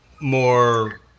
more